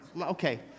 Okay